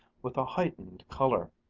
with a heightened color.